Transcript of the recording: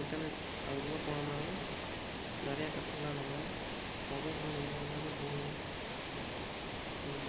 internet அதுக்குள்ளே போனோம்னாவே நிறைய கற்றுக்கலாம் நம்ம மொபைல் ஃபோன் ஒன்று இருந்தாவே போதும் அப்புறம்